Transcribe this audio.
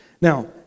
Now